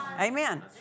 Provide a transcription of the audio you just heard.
Amen